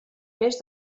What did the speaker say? mes